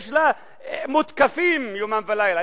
הם מותקפים יומם ולילה,